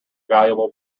valuable